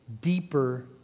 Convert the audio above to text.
deeper